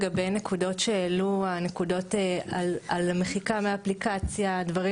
לגבי הנקודות שעלו לגבי מחיקה מהאפליקציה דברים